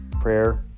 Prayer